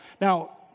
Now